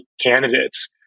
candidates